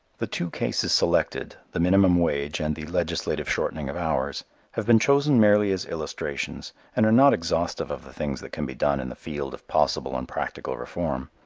the two cases selected the minimum wage and the legislative shortening of hours have been chosen merely as illustrations and are not exhaustive of the things that can be done in the field of possible and practical reform.